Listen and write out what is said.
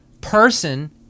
person